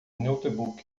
notebook